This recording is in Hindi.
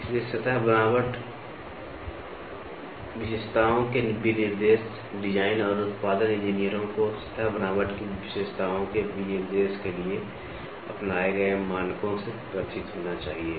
इसलिए सतह बनावट विशेषताओं के विनिर्देश डिजाइन और उत्पादन इंजीनियरों को सतह बनावट की विशेषताओं के विनिर्देश के लिए अपनाए गए मानकों से परिचित होना चाहिए